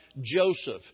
Joseph